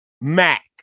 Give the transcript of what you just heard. Mac